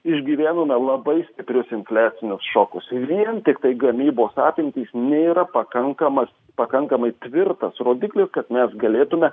išgyvenome labai stiprius infliacinius šokus ir vien tiktai gamybos apimtys nėra pakankamas pakankamai tvirtas rodiklis kad mes galėtume